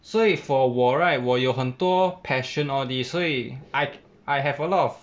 所以 for 我 right 我有很多 passion all these 所以 I I have a lot of